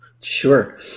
Sure